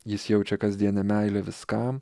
jis jaučia kasdienę meilę viskam